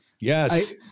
yes